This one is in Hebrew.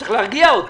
צריך להרגיע אותו.